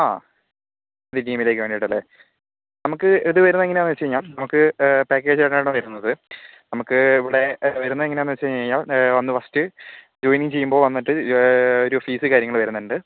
ആ ബി ടീമിലേക്ക് വേണ്ടീട്ടല്ലേ നമുക്ക് ഇത് വരുന്നത് എങ്ങനെയാന്ന് വെച്ച് കഴിഞ്ഞാൽ നമുക്ക് പാക്കേജ് എല്ലാം കൂടെ നമുക്കേ ഇവിടെ വരുന്നത് എങ്ങനെയാന്ന് വച്ച് കഴിഞ്ഞാൽ വന്ന് ഫസ്റ്റ് ജോയിനിങ്ങ് ചെയ്യുമ്പോൾ വന്നിട്ട് ഒരു ഫീസ് കാര്യങ്ങള് വരുന്നുണ്ട്